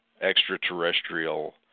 extraterrestrial